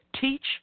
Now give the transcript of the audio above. Teach